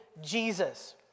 Jesus